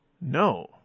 No